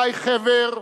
גיא חבר,